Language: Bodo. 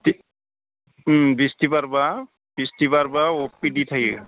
बे बिस्थिबारबा अपिडि थायो